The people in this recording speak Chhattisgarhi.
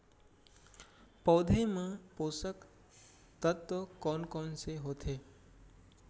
पौधे मा पोसक तत्व कोन कोन से होथे?